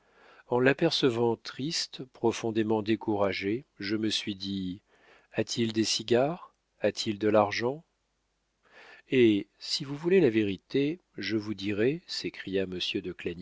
en l'apercevant triste profondément découragé je me suis dit a-t-il des cigares a-t-il de l'argent eh si vous voulez la vérité je vous dirai s'écria